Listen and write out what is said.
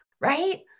right